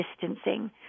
distancing